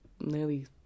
Nearly